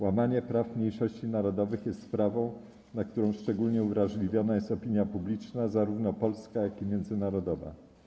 Łamanie praw mniejszości narodowych jest sprawą, na którą szczególnie uwrażliwiona jest opinia publiczna, zarówno polska, jak i międzynarodowa.